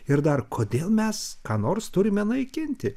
ir dar kodėl mes ką nors turime naikinti